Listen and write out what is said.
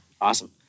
Awesome